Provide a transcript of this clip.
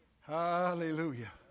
Hallelujah